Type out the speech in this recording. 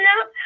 up